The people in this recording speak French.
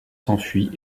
s’enfuit